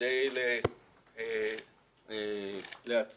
כדי להכין